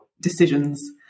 decisions